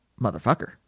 Motherfucker